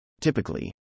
Typically